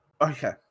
Okay